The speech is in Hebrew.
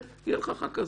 יהיה לך אחר כך זמן.